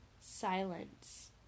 Silence